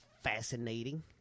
fascinating